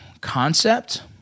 concept